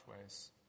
ways